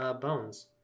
bones